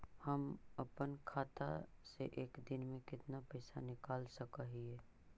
हम अपन खाता से एक दिन में कितना पैसा निकाल सक हिय?